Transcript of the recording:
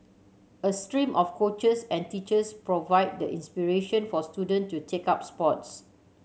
a stream of coaches and teachers provide the inspiration for student to take up sports